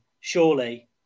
Surely